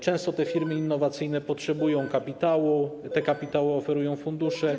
Często te firmy innowacyjne potrzebują kapitału, a ten kapitał oferują fundusze.